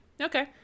Okay